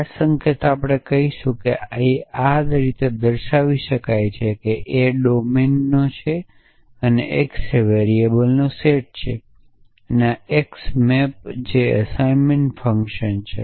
આ સંકેત આપણે કહીશું કે આ છે એ એ ડોમેનનો છે અને X એ વેરીએબલોના સેટનો છે અને આX મેપ જે એસાઈનમેન્ટ ફંક્શન છે